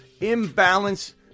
Imbalance